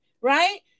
right